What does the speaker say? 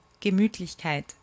Gemütlichkeit